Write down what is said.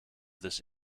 this